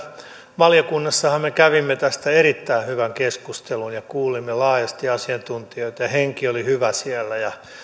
valiokunnassahan me kävimme tästä erittäin hyvän keskustelun ja kuulimme laajasti asiantuntijoita ja henki oli hyvä siellä ja